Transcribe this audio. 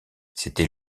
c’était